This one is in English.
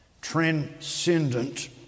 transcendent